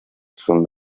son